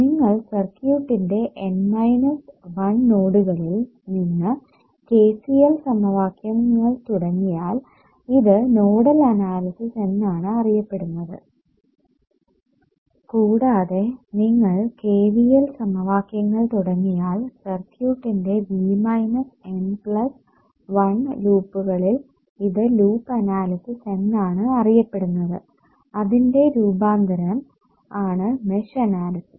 നിങ്ങൾ സർക്യൂട്ടിന്റെ N minus 1 നോഡുകളിൽ നിന്ന് KCL സമവാക്യങ്ങൾ തുടങ്ങിയാൽ ഇത് നോഡൽ അനാലിസിസ് എന്നാണു അറിയപ്പെടുന്നത് കൂടാതെ നിങ്ങൾ KVL സമവാക്യങ്ങൾ തുടങ്ങിയാൽ സർക്യൂട്ടിന്റെ V മൈനസ് N പ്ലസ് 1 ലൂപ്പുകളിൽ ഇത് ലൂപ്പ് അനാലിസിസ് എന്നാണു അറിയപ്പെടുന്നത് അതിന്റെ രൂപാന്തരം ആണ് മെഷ് അനാലിസിസ്